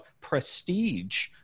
prestige